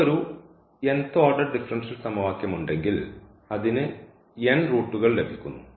നമുക്ക് ഒരു order differential സമവാക്യം ഉണ്ടെങ്കിൽ അതിന് റൂട്ടുകൾ ലഭിക്കുന്നു